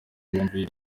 ibihumbi